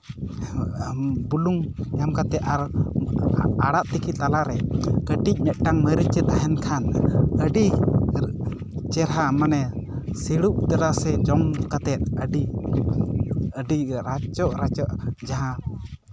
ᱵᱩᱞᱩᱝ ᱮᱢ ᱠᱟᱛᱮᱫ ᱟᱨ ᱟᱲᱟᱜ ᱛᱤᱠᱤ ᱛᱟᱞᱟᱨᱮ ᱠᱟᱹᱴᱤᱡ ᱢᱤᱫᱴᱟᱝ ᱢᱟᱹᱨᱤᱪ ᱛᱟᱦᱮᱱ ᱠᱷᱟᱱ ᱟᱹᱰᱤ ᱪᱮᱦᱨᱟ ᱢᱟᱱᱮ ᱥᱤᱲᱩᱵ ᱛᱚᱨᱟᱥᱮ ᱡᱚᱢ ᱠᱟᱛᱮᱫ ᱟᱹᱰᱤ ᱨᱟᱪᱚᱜ ᱨᱟᱪᱚᱜ ᱡᱟᱦᱟᱸ